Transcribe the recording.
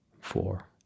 four